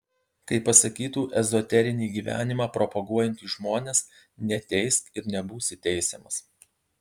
kaip pasakytų ezoterinį gyvenimą propaguojantys žmonės neteisk ir nebūsi teisiamas